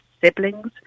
siblings